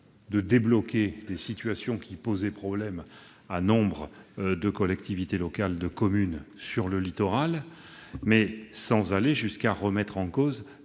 débloquer des situations qui posaient problème à nombre de collectivités locales, de communes du littoral, mais sans aller jusqu'à la remise en cause